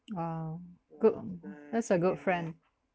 !wow! good that's a good friend